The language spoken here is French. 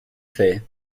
faire